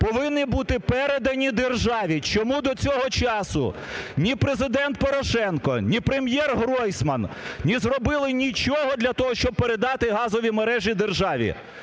повинні бути передані державі. Чому до цього часу ні Президент Порошенко, ні Прем’єр Гройсман не зробили нічого для того, щоб передати газові мережі державі?